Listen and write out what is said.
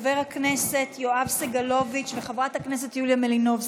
חבר הכנסת יואב סגלוביץ' וחברת הכנסת יוליה מלינובסקי,